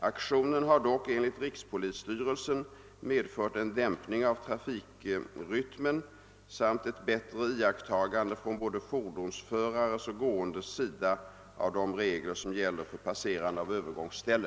Aktionen har dock enligt rikspolisstyrelsen medfört en dämpning av trafikrytmen samt ett bättre iakttagande från både fordonsförares och gåendes sida av de regler som gäller för passerande av övergångsställe;